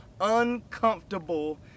uncomfortable